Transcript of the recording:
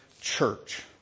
church